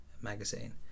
magazine